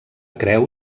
creu